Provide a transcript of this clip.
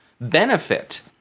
benefit